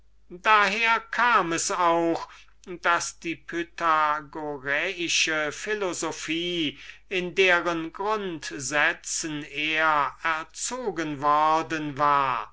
daher kam es auch daß die pythagoräische philosophie in deren grundsätzen er erzogen worden war